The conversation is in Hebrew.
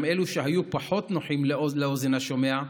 גם אלו שהיו פחות נוחים לאוזן השומע,